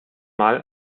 mal